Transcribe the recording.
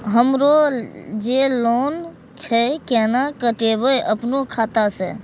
हमरो जे लोन छे केना कटेबे अपनो खाता से?